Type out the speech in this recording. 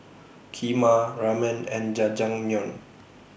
Kheema Ramen and Jajangmyeon